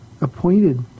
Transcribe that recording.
appointed